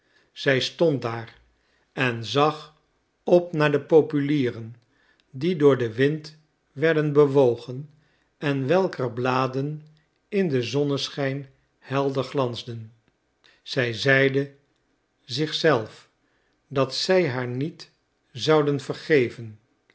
zij stond daar en zag op naar de populieren die door den wind werden bewogen en welker bladen in den zonneschijn helder glansden zij zeide zich zelf dat zij haar niet zouden vergeven